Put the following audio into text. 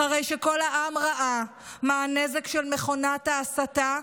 אחרי שכל העם ראה מה הנזק של מכונת ההסתה,